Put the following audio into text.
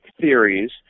theories